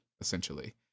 essentially